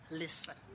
listen